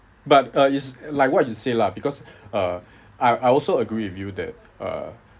but uh is like what you say lah because uh I I also agree with you that uh